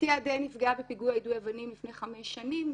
בתי אדל נפגעה בפיגוע יידוי אבנים לפני חמש שנים.